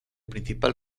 principal